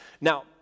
Now